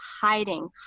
hiding